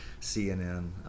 cnn